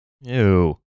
Ew